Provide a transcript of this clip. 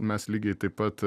mes lygiai taip pat